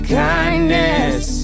kindness